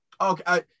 Okay